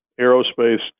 aerospace